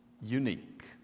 unique